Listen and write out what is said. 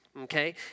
okay